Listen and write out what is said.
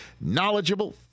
knowledgeable